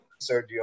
Sergio